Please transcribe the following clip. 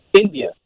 India